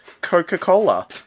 Coca-Cola